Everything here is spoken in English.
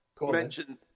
mention